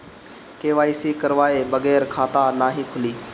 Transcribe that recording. KYC करवाये बगैर खाता नाही खुली?